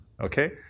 okay